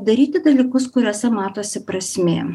daryti dalykus kuriuose matosi prasmė